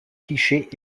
clichés